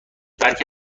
برخی